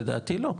לדעתי לא.